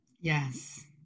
Yes